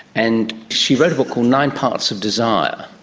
and she wrote a book called nine parts of desire,